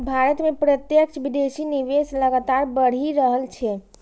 भारत मे प्रत्यक्ष विदेशी निवेश लगातार बढ़ि रहल छै